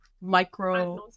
micro